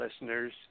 listeners